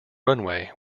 runway